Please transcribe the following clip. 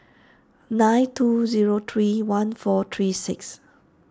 nine two zero three one four three six